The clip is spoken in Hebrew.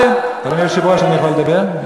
אני יכול לדבר?